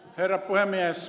herra puhemies